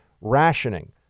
Rationing